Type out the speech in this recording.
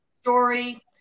story